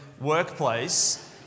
workplace